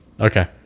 Okay